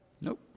Nope